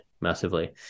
massively